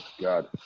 God